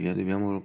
dobbiamo